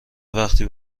وقتی